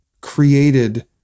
created